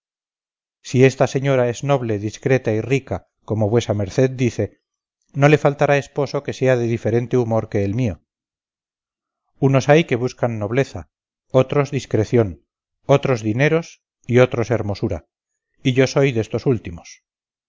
si esta señora es noble discreta y rica como vuesa merced dice no le faltará esposo que sea de diferente humor que el mío unos hay que buscan nobleza otros discreción otros dineros y otros hermosura y yo soy destos últimos